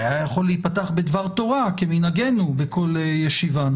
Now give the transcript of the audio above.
היה יכול להיפתח בדבר תורה כמנהגנו בכל ישיבה,